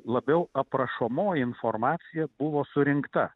labiau aprašomoji informacija buvo surinkta